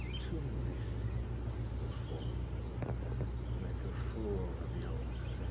to listen before you make a fool of yourselves.